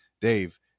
Dave